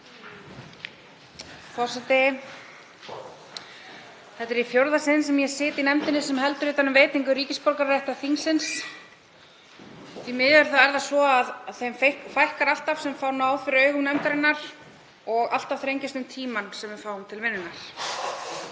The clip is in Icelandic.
Þetta er í fjórða sinn sem ég sit í nefndinni sem heldur utan um veitingu ríkisborgararéttar þingsins. Því miður er það svo að þeim fækkar alltaf sem fá náð fyrir augum nefndarinnar og alltaf þrengist um tímann sem við fáum til vinnunnar.